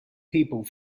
people